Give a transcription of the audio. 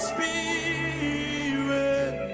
Spirit